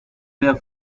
there